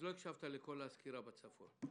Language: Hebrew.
הקשבת לכל הסקירה בצפון.